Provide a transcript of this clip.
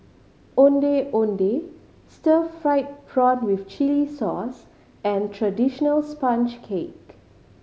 Ondeh Ondeh stir fried prawn with chili sauce and traditional sponge cake